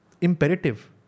imperative